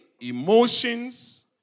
emotions